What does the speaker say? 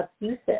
abusive